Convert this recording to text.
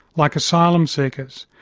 like asylum seekers,